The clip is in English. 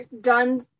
done